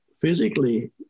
physically